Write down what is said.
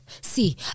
See